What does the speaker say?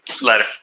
Later